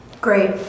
Great